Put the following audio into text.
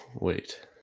wait